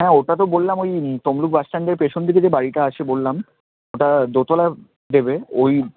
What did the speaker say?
হ্যাঁ ওটা তো বললাম ওই তমলুক বাস স্ট্যান্ডের পেছন দিকে যে বাড়িটা আছে বললাম ওটা দোতলা দেবে ওই